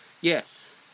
Yes